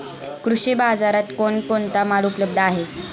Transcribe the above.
कृषी बाजारात कोण कोणता माल उपलब्ध आहे?